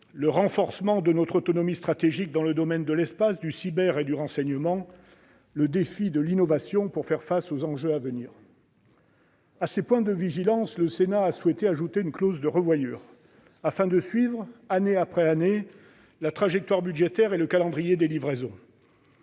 le renforcement de notre autonomie stratégique dans les domaines de l'espace, du cyber et du renseignement, ainsi que le défi de l'innovation pour faire face aux enjeux à venir. À ces points de vigilance, le Sénat a souhaité ajouter une « clause de revoyure » afin de suivre, année après année, la trajectoire budgétaire et le calendrier des livraisons.